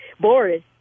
Boris